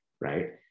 Right